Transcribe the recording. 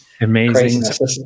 Amazing